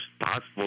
possible